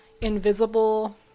invisible